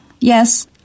Yes